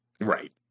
Right